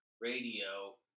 radio